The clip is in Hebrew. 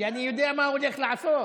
כי אני יודע מה הוא הולך לעשות.